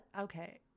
Okay